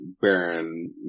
Baron